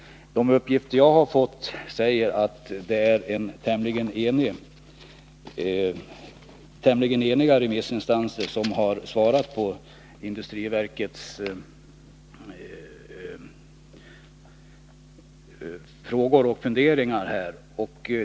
De uppgifter som jag har fått säger att det är tämligen eniga remissinstanser som har svarat på industriverkets frågor och funderingar.